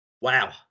Wow